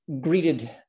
greeted